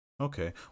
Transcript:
okay